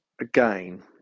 again